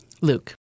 Luke